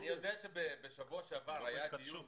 אני יודע שבשבוע שעבר היה דיון